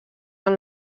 amb